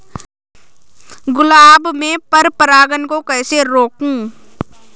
गुलाब में पर परागन को कैसे रोकुं?